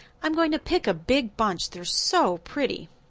i'm going to pick a big bunch, they're so pretty.